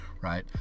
right